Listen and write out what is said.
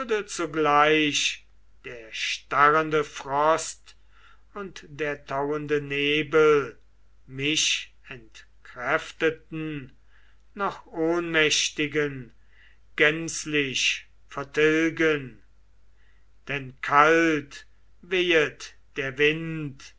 zugleich der starrende frost und der tauende nebel mich entkräfteten noch ohnmächtigen gänzlich vertilgen denn kalt wehet der wind